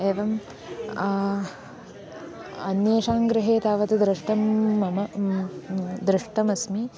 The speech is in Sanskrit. एवम् अन्येषां गृहे तावत् दृष्टं मम दृष्टमस्ति